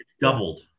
doubled